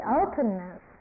openness